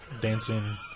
dancing